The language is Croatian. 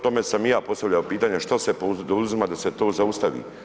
O tome sam i ja postavljao pitanja što se poduzima da se to zaustavi.